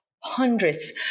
Hundreds